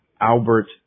Albert